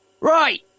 Right